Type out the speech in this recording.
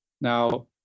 Now